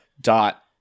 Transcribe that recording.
Dot